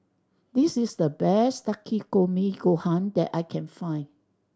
this is the best Takikomi Gohan that I can find